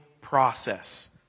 process